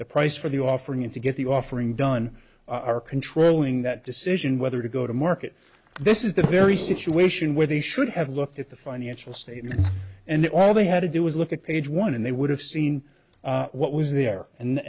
the price for the offering to get the offering done are controlling that decision whether to go to market this is the very situation where they should have looked at the financial statements and all they had to do was look at page one and they would have seen what was there and